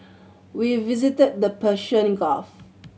we visited the Persian Gulf